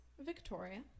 Victoria